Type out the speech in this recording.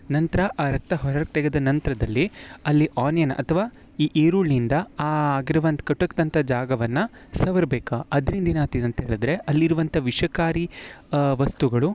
ನಂತರ ಆ ರಕ್ತ ಹೊರಗೆ ತೆಗೆದ ನಂತರದಲ್ಲಿ ಅಲ್ಲಿ ಆನಿಯನ್ ಅಥ್ವಾ ಈ ಈರುಳ್ಳಿಯಿಂದ ಆ ಆಗಿರುವಂಥ ಕುಟುಕಿದಂಥ ಜಾಗವನ್ನು ಸವರಬೇಕ ಅದ್ರಿಂದ ಏನಾಗ್ತಿತ್ತು ಅಂದು ಹೇಳಿದರೆ ಅಲ್ಲಿರುವಂಥ ವಿಷಕಾರಿ ವಸ್ತುಗಳು